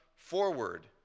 forward